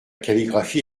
calligraphie